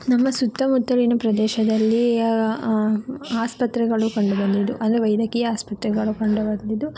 ನಮ್ಮ ಸುತ್ತಮುತ್ತಲಿನ ಪ್ರದೇಶದಲ್ಲಿ ಯಾವ ಆಸ್ಪತ್ರೆಗಳು ಕಂಡು ಬಂದಿದ್ದು ಅಂದರೆ ವೈದ್ಯಕೀಯ ಆಸ್ಪತ್ರೆಗಳು ಕಂಡು ಬಂದಿದ್ದು